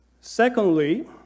Secondly